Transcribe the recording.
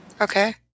okay